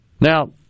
Now